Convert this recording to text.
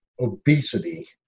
obesity